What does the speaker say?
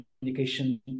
communication